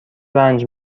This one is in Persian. رنج